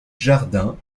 jardin